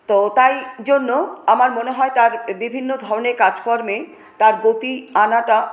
তো তাই জন্য আমার মনে হয় তার বিভিন্ন ধরনের কাজকর্মে তার গতি আনাটা